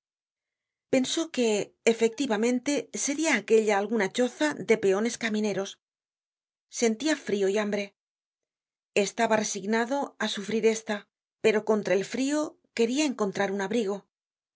pensó que efectivamente seria aquella alguna choza de peones camineros scntia frio y hambre estaba resignado á sufrir esta pero contra el frio queria encontrar un abrigo